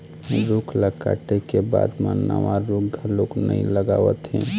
रूख ल काटे के बाद म नवा रूख घलोक नइ लगावत हे